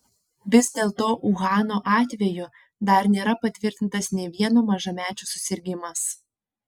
vis dėlto uhano atveju dar nėra patvirtintas nė vieno mažamečio susirgimas